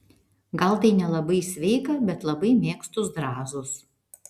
gal tai nelabai sveika bet labai mėgstu zrazus